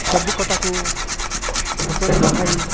ସବୁକଥାକୁ ପଛରେ ପକାଇ